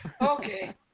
Okay